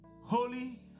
holy